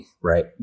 right